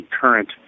Current